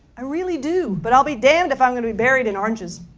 i really do, but i'll be damned if i'm gonna be buried in oranges.